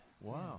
Wow